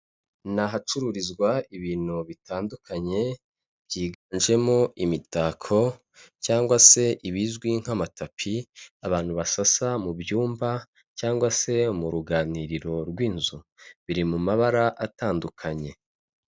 Ni ahacururizwa ibintu bitandukanye byiganjemo imitako cyangwa se ibizwi nk'amatapi, abantu basasa mu byumba cyangwa se mu ruganiriro rw'inzu, biri mu mabara atandukanye.